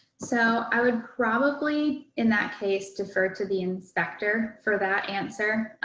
so i would probably in that case defer to the inspector for that answer.